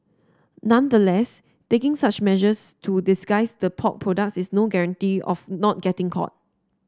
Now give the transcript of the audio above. nonetheless taking such measures to disguise the pork products is no guarantee of not getting caught